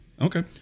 Okay